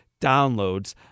downloads